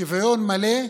שוויון מלא בהכנסה,